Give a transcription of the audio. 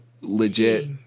legit